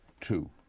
Two